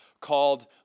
called